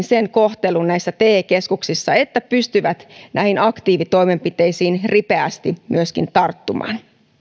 sen kohtelun näissä te keskuksissa että pystyvät näihin aktiivitoimenpiteisiin ripeästi tarttumaan